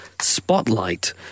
Spotlight